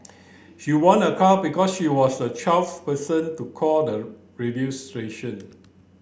she won a car because she was the twelfth person to call the radio station